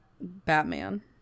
Batman